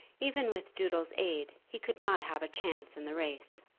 even with doodle's aid he could not have a chance in the race.